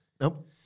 Nope